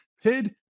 Tid